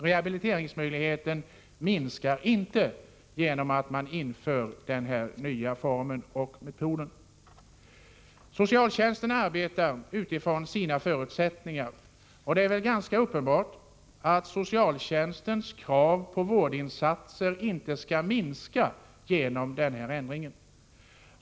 Rehabiliteringsmöjligheterna behöver inte minska genom en kriminalisering. Socialtjänsten arbetar utifrån sina förutsättningar, och det är väl ganska uppenbart att socialtjänstens krav på vårdinsatser inte skall minska genom denna ändring i brottsbalken.